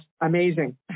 amazing